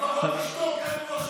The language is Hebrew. לפחות תשתוק.